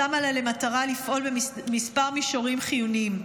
שמה לה למטרה לפעול בכמה מישורים חיוניים.